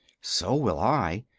so will i,